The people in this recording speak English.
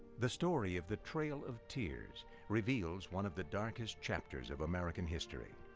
the story of the trail of tears reveals one of the darkest chapters of american history.